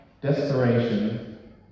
desperation